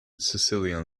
sicilian